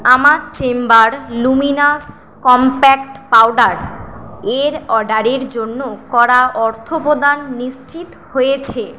আমার Chambor luminous compact powder এর অর্ডারের জন্য করা অর্থপ্রদান নিশ্চিত হয়েছে